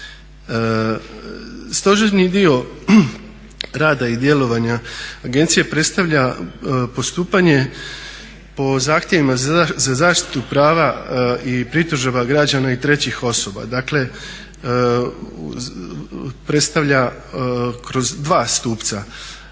Stožerni dio rada i djelovanja agencije predstavlja postupanje po zahtjevima za zaštitu prava i pritužaba građana i trećih osoba. Dakle, predstavlja kroz dva stupca,